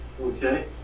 Okay